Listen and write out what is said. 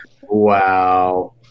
Wow